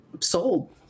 sold